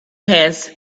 has